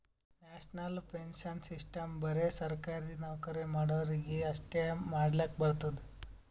national pension system ಬರೆ ಸರ್ಕಾರಿ ನೌಕರಿ ಮಾಡೋರಿಗಿ ಅಷ್ಟೇ ಮಾಡ್ಲಕ್ ಬರ್ತುದ್